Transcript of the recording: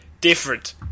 different